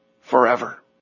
forever